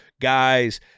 guys